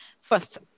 First